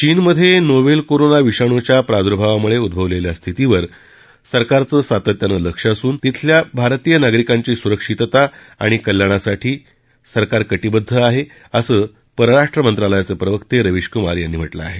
चीनमधे novel corona विषाणूच्या प्रादुर्भावामुळे उद्घवलेल्या स्थितीवर सरकारचं सातत्यानं लक्ष असून तिथल्या भारतीय नागरिकांची सुरक्षितता आणि कल्याणासाठी कटीबद्ध आहे असं परराष्ट्र मंत्रालयाचे प्रवक्ते रवीश कुमार यांनी म्हटलं आहे